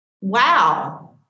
wow